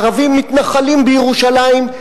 הערבים מתנחלים בירושלים,